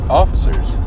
officers